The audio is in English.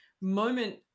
moment